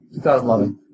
2011